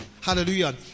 hallelujah